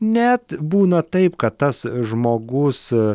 net būna taip kad tas žmogus